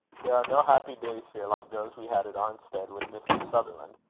there are no happy days here like those we had at arnstead with mr. sutherland.